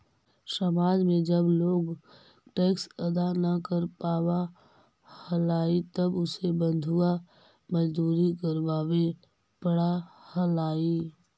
समाज में जब लोग टैक्स अदा न कर पावा हलाई तब उसे बंधुआ मजदूरी करवावे पड़ा हलाई